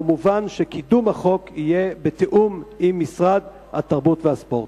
ומובן שקידום החוק יהיה בתיאום עם משרד התרבות והספורט.